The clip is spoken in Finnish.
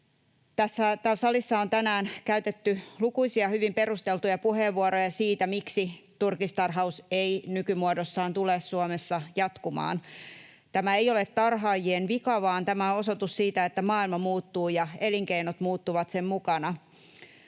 Täällä salissa on tänään käytetty lukuisia hyvin perusteltuja puheenvuoroja siitä, miksi turkistarhaus ei nykymuodossaan tule Suomessa jatkumaan. Tämä ei ole tarhaajien vika, vaan tämä on osoitus siitä, että maailma muuttuu ja elinkeinot muuttuvat sen mukana.